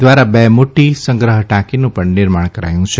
દ્વારા બે મોટી સંગ્રહ ટાંકીનું ણ નિર્માણ કરાયું છે